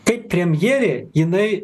kaip premjerė jinai